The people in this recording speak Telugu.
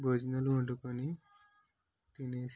భోజనాలు వండుకొని తినేసి